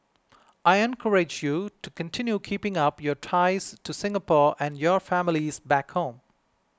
I encourage you to continue keeping up your ties to Singapore and your families back home